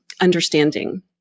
understanding